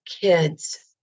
kids